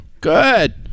Good